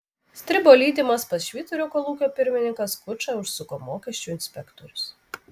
stribo lydimas pas švyturio kolūkio pirmininką skučą užsuko mokesčių inspektorius